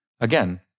Again